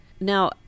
Now